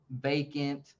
vacant